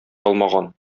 алмаган